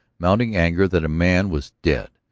mounting anger that a man was dead?